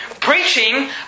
Preaching